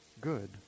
good